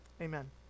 amen